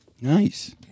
Nice